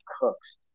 Cooks